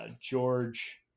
George